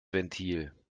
ventil